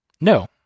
No